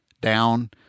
down